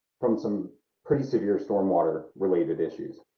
from some pretty severe storm water related issues,